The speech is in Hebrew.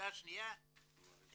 שאלה שניה האם